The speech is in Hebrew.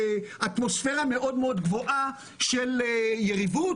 אטמוספירה מאוד גבוהה של יריבות,